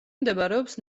მდებარეობს